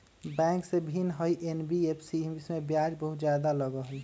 Bank से भिन्न हई एन.बी.एफ.सी इमे ब्याज बहुत ज्यादा लगहई?